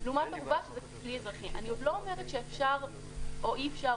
אני לא אומרת שאפשר או אי-אפשר,